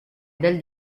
del